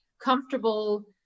comfortable